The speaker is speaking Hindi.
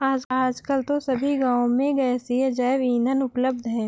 आजकल तो सभी गांव में गैसीय जैव ईंधन उपलब्ध है